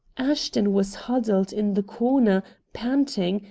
ashton was huddled in the corner, panting,